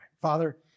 Father